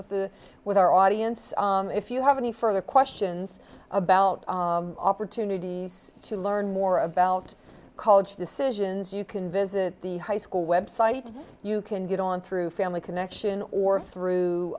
with the with our audience if you have any further questions about opportunities to learn more about college decisions you can visit the high school website you can get on through family connection or through